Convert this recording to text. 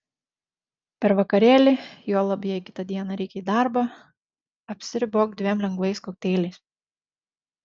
per vakarėlį juolab jei kitą dieną reikia į darbą apsiribok dviem lengvais kokteiliais